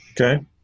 Okay